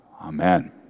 Amen